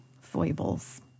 foibles